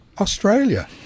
australia